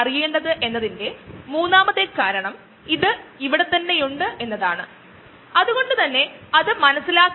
ഇതാണ് ചാറു വെച്ചിരിക്കുന്ന പാത്രം ഈ പാത്രത്തിന് ഒരു ഔട്ട്ലെറ്റ് ഉണ്ട് അത് ഈ ഫോട്ടോ വിഭാഗത്തിലേക്ക് നയിക്കുന്നു